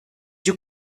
you